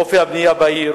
אופי הבנייה בעיר